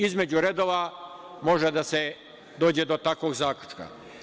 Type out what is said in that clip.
Između redova može da se dođe do takvog zaključka.